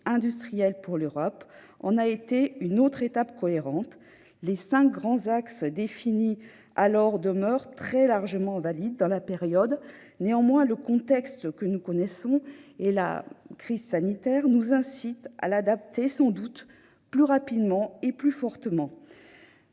industrielle pour l'Europe » a été une autre étape cohérente. Les cinq grands axes alors définis demeurent très largement valides dans la période. Néanmoins, le contexte que nous connaissons avec la crise sanitaire nous incite à les adapter sans doute plus rapidement et fortement.